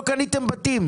לא קניתם בתים.